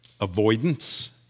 Avoidance